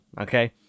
okay